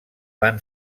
van